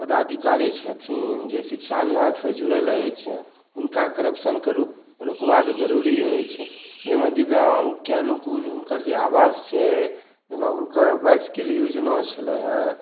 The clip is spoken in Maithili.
पदाधिकारी छथिन जे शिक्षा विभागसँ जुड़ल अछि हुनका करप्शनकेँ रोकबाक जरूरी अछि जाहिमे दिव्याङ्गके अनुकूल हुनकर जे आवास छै जेना हुनका बाइसिकिल योजना छलै हेँ